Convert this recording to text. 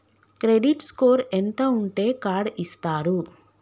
Credit score ఎంత ఉంటే card ఇస్తారు?